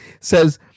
says